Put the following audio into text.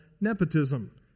nepotism